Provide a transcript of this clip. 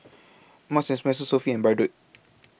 Marks and Spencer Sofy and Bardot